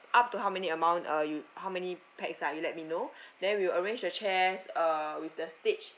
up to how many amount uh you how many pax ah you let me know then we will arrange the chairs uh with the stage